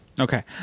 Okay